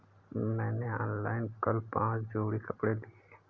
मैंने ऑनलाइन कल पांच जोड़ी कपड़े लिए